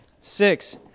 six